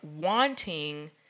wanting